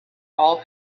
all